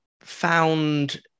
found